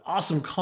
Awesome